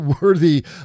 worthy